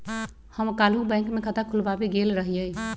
हम काल्हु बैंक में खता खोलबाबे गेल रहियइ